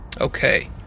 Okay